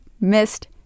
missed